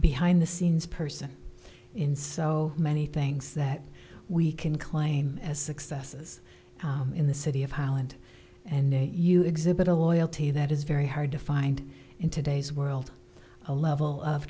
behind the scenes person in so many things that we can claim as successes in the city of holland and you exhibit a loyalty that is very hard to find in today's world a level of